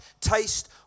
taste